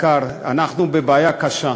אנחנו בבעיה קשה,